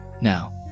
Now